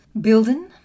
building